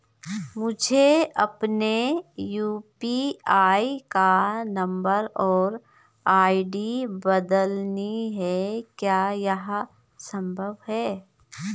मुझे अपने यु.पी.आई का नम्बर और आई.डी बदलनी है क्या यह संभव है?